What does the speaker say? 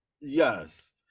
Yes